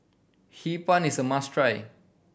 Hee Pan is a must try